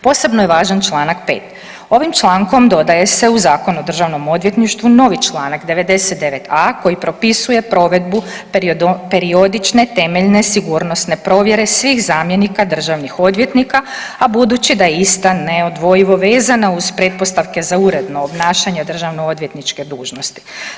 Posebno je važan čl. 5, ovim člankom dodaje se u Zakon o DORH-u novi članak 99a koji propisuje provedbu periodične temeljne sigurnosne provjere svih zamjenika državnih odvjetnika, a budući da je ista neodvojivo vezana uz pretpostavke za uredno obnašanje državnoodvjetničke dužnosti.